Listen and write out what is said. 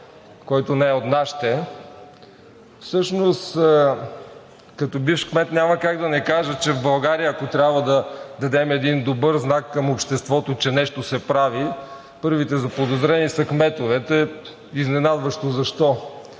който не е от „нашите“. Всъщност като бивш кмет няма как да не кажа, че в България, ако трябва да дадем един добър знак към обществото, че нещо се прави, първите заподозрени са кметовете. Изненадващо защо,